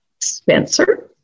Spencer